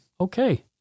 Okay